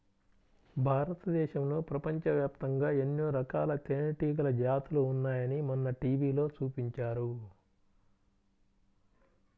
భారతదేశంలో, ప్రపంచవ్యాప్తంగా ఎన్నో రకాల తేనెటీగల జాతులు ఉన్నాయని మొన్న టీవీలో చూపించారు